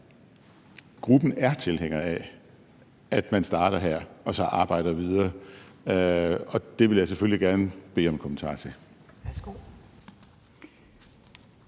Gruppen er tilhænger af, at man starter her og så arbejder videre, og det vil jeg selvfølgelig gerne bede om en kommentar til.